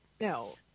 No